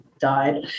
died